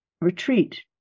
retreat